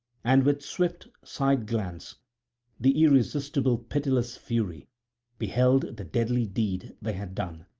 and with swift side-glance the irresistible pitiless fury beheld the deadly deed they had done.